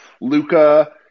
Luca